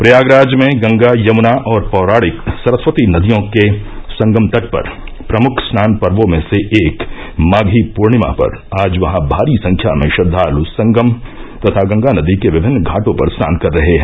प्रयागराज में गंगा यमुना और पौराणिक सरस्वती नदियों के संगम तट पर प्रमुख स्नान पर्वो में से एक माघी पूर्णिमा पर आज वहां भारी संख्या में श्रद्वाल संगम तथा गंगा नदी के विभिन्न घाटो पर स्नान कर रहे हैं